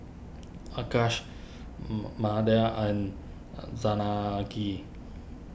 Akshay Amartya and Janaki